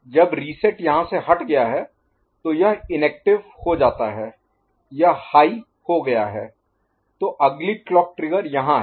जब रीसेट यहाँ से हट गया है तो यह इनएक्टिव हो जाता है यह हाई हो गया है तो अगली क्लॉक ट्रिगर यहाँ है